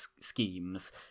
schemes